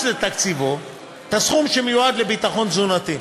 לתקציבו את הסכום שמיועד לביטחון תזונתי,